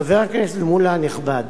חבר הכנסת מולה הנכבד,